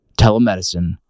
telemedicine